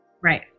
Right